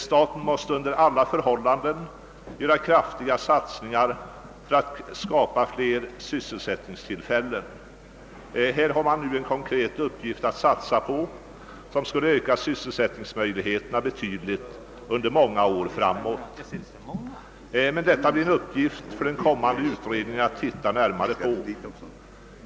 Staten måste under alla förhållanden göra kraftiga satsningar för att skapa fler sysselsättningstillfällen i detta län. Här har man nu en konkret uppgift att satsa på, som skulle öka sysselsättningsmöjligheterna betydligt under många år framåt. Men detta blir en uppgift för den kommande utredningen att närmare titta på.